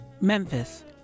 Memphis